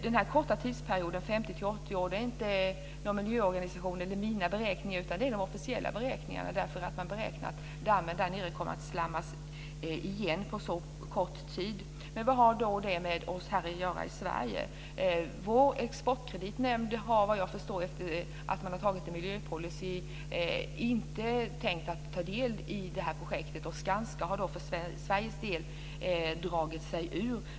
Den korta tidsperioden 50-80 år är inte någon beräkning som gjorts av någon miljöorganisation eller av mig, utan det är den officiella beräkningen därför att man räknar med att dammen där nere kommer att slammas igen på så kort tid. Men vad har då detta att göra med oss här i Sverige? Vår exportkreditnämnd har vad jag förstår efter att man har antagit en miljöpolicy inte tänkt ta del i projektet. Skanska har för Sveriges del dragit sig ur.